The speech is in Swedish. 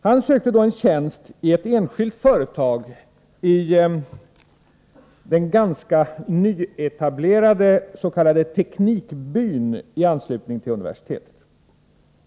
Han sökte då en tjänst i ett enskilt företag i den ganska nyetablerade s.k. teknikbyn i anslutning till universitetet.